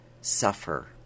suffer